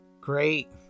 Great